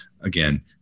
again